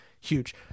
huge